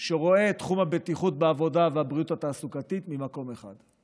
שרואה את תחום הבטיחות בעבודה והבריאות התעסוקתית ממקום אחד,